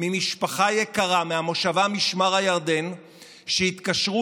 ממשפחה יקרה מהמושבה משמר הירדן שהתקשרה